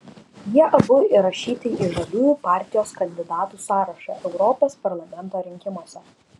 jie abu įrašyti į žaliųjų partijos kandidatų sąrašą europos parlamento rinkimuose